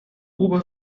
ober